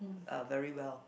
uh very well